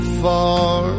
far